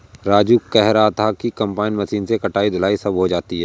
राजू कह रहा था कि कंबाइन मशीन से कटाई धुलाई सब हो जाती है